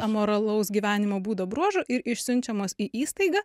amoralaus gyvenimo būdo bruožų ir išsiunčiamos į įstaigą